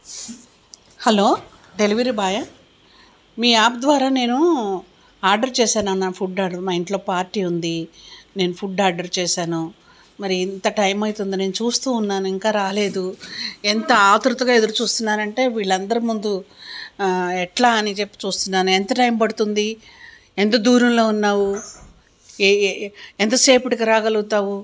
hello delivery boy మీ app ద్వారా నేను ఆర్డర్ చేశాను అన్న ఫుడ్ ఆర్డర్ మా ఇంట్లో పార్టీ ఉంది నేను ఫుడ్ ఆర్డర్ చేశాను మరి ఇంత టైం అయితుందో నేను చూస్తు ఉన్నాను ఇంకా రాలేదు ఎంత ఆత్రృతగా ఎదురుచూస్తున్నాను అంటే వీళ్ళందరి ముందు ఎట్లా అని చెప్పి చూస్తున్నాను ఎంత టైం పడుతుంది ఎంత దూరంలో ఉన్నావు ఏ ఎంతసేపటికి రాగలుగుతావు